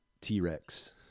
t-rex